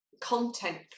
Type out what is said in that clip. content